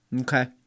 Okay